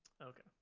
Okay